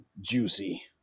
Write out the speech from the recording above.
Juicy